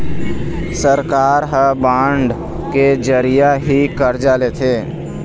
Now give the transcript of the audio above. सरकार ह बांड के जरिया ही करजा लेथे